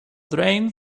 drained